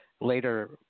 later